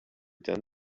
done